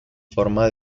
forma